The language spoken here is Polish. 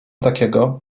takiego